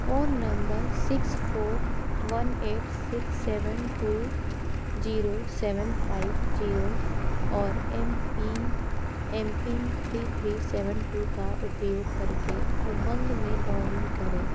phone number six four one eight six seven two zero seven five zero और M P M pin three three seven two का उपयोग करके उमंग में login करें